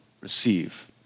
receive